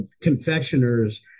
confectioners